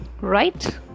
Right